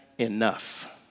enough